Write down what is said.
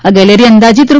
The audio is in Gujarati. આ ગેલેરી અંદાજીત રૂ